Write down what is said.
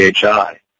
PHI